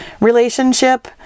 relationship